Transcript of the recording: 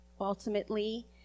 Ultimately